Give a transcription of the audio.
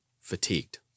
fatigued